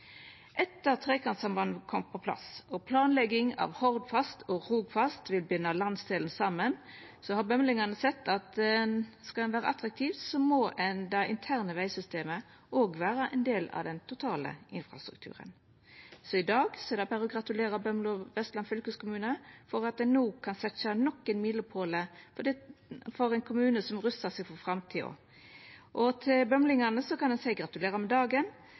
Etter at trekantsambandet kom på plass, og planlegging av Hardfast og Rogfast vil binda landsdelen saman, har bømlingane sett at skal dei vera attraktive, må det interne vegsystemet òg vera ein del av den totale infrastrukturen. I dag er det berre å gratulera Bømlo og Vestland fylkeskommune for at ein no kan setja ned nok ein milepåle for ein kommune som rustar seg for framtida. Til bømlingane kan ein seia gratulerer med dagen